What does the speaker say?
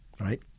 right